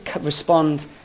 respond